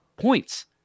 points